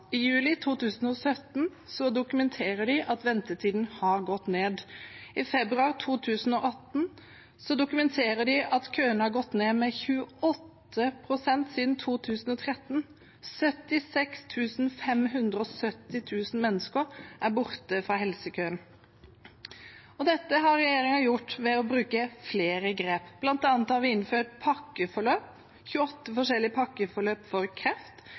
ventetiden har gått ned. I februar 2018 dokumenterer de at køene har gått ned med 28 pst. siden 2013. 76 570 mennesker er borte fra helsekøen. Dette har regjeringen gjort ved å bruke flere grep. Blant annet har vi innført pakkeforløp – 28 forskjellige pakkeforløp for kreft.